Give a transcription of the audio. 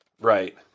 Right